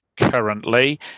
currently